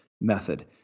method